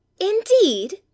indeed